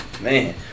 man